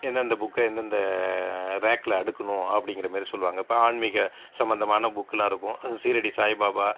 எந்தெந்த புக்கை எந்தெந்த ரேக்ல அடுக்கணும் அப்படிங்கற மாதிரி சொல்லுவாங்கள் இப்போ ஆன்மீக சம்மந்தமான புக்லாம் இருக்கும் அது சீரடி சாய்பாபா